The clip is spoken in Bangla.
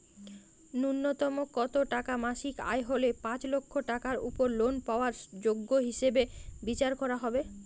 ন্যুনতম কত টাকা মাসিক আয় হলে পাঁচ লক্ষ টাকার উপর লোন পাওয়ার যোগ্য হিসেবে বিচার করা হবে?